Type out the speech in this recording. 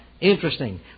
Interesting